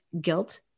guilt